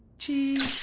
cheese!